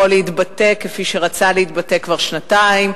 להתבטא כפי שרצה להתבטא כבר שנתיים,